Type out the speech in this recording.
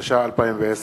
התש"ע 2010,